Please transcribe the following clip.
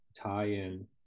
tie-in